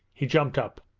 he jumped up.